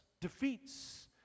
Defeats